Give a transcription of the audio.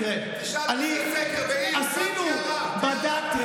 תראה, עשינו, בדקנו.